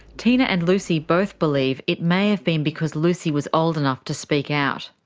tina and lucy both believe it may have been because lucy was old enough to speak out.